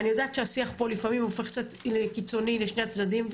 אני יודעת שהשיח פה לפעמים הופך קצת קיצוני לשני הצדדים,